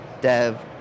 dev